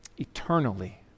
Eternally